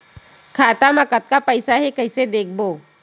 खाता मा कतका पईसा हे कइसे देखबो?